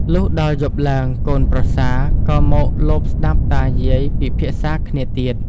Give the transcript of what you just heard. លុះដល់យប់ឡើងកូនប្រសាក៏មកលបស្តាប់តាយាយពិភាក្សាគ្នាទៀត។